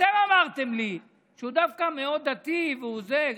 אתם אמרתם לי שהוא דווקא מאוד דתי והוא זה,